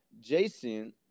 Jason